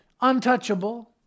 untouchable